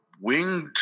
winged